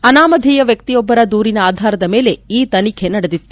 ಅನಾಮಧೇಯ ವ್ಯಕ್ತಿಯೊಬ್ಬರ ದೂರಿನ ಆಧಾರದ ಮೇಲೆ ಈ ತನಿಖೆ ನಡೆದಿತ್ತು